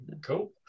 Cool